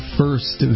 first